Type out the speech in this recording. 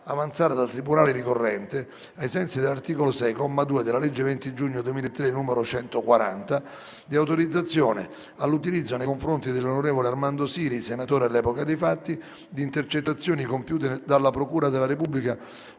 avanzata dal tribunale ricorrente, ai sensi dell'articolo 6, comma 2, della legge 20 giugno 2003 n. 140, di autorizzazione all'utilizzo nei confronti dell'onorevole Armando Siri, senatore all'epoca dei fatti, di intercettazioni compiute dalla procura della Repubblica